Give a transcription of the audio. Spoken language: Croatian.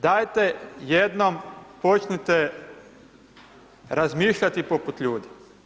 Dajte jednom počnite razmišljati poput ljudi.